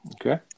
okay